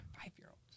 Five-year-olds